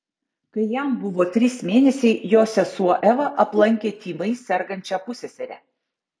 kai jam buvo trys mėnesiai jo sesuo eva aplankė tymais sergančią pusseserę